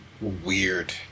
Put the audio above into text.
weird